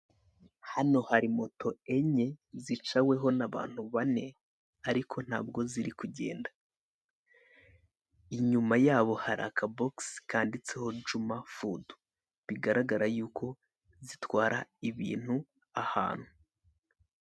Hano hari moto enye zicaweho n'abantu bane ariko ntabwo ziri kugenda, inyuma yabo hari akabogisi kanditseho juma fudu, bigaragara yuko zitwara ibintu ahantu.